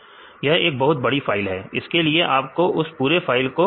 यह एक बहुत बड़ी फाइल है इसके लिए आपको उस पूरे फाइल को खोजना होगा